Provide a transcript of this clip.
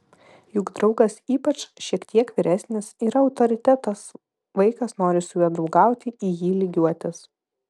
juk draugas ypač šiek tiek vyresnis yra autoritetas vaikas nori su juo draugauti į jį lygiuotis